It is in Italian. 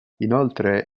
inoltre